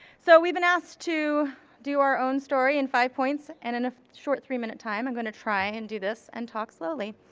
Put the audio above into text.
so, we've been asked to do our own story in five points and in a short three minute time i'm gonna try and do this and talk slowly.